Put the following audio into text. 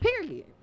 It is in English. Period